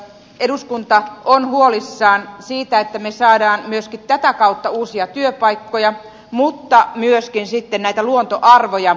eduskunta on huolissaan siitä että ne saadaan myös tätä kautta uusia työpaikkoja mutta myöskin sitten näitä luontoarvoja